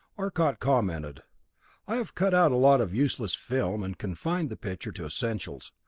arcot commented i have cut out a lot of useless film, and confined the picture to essentials.